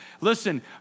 listen